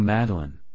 Madeline